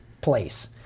place